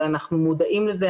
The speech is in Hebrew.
אבל אנחנו מודעים לזה,